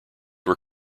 were